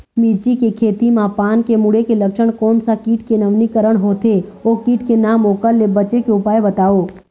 मिर्ची के खेती मा पान के मुड़े के लक्षण कोन सा कीट के नवीनीकरण होथे ओ कीट के नाम ओकर ले बचे के उपाय बताओ?